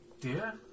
dear